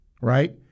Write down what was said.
right